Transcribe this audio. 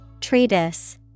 Treatise